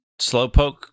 Slowpoke